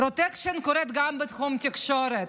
פרוטקשן קורה גם בתחום התקשורת,